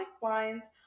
Wines